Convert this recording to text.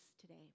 today